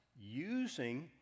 using